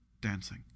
dancing